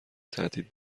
تهدید